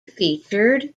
featured